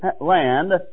land